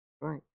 Right